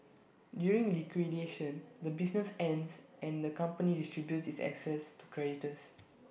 during liquidation the business ends and the company distributes its assets to creditors